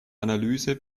analyse